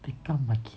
tekka market